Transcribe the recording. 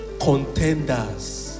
contenders